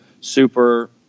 super